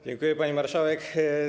Dziękuję, pani marszałek.